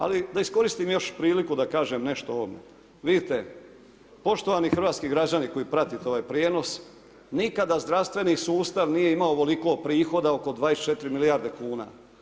Ali da iskoristim još priliku da kažem nešto, vidite, poštovani hrvatski građani koji pratite ovaj prijenos nikada zdravstveni sustav nije imao ovoliko prihoda oko 24 milijarde kuna.